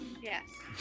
Yes